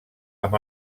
amb